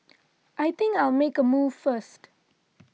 I think I'll make a move first